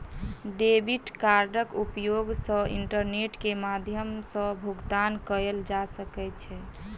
debit कार्डक उपयोग सॅ इंटरनेट के माध्यम सॅ भुगतान कयल जा सकै छै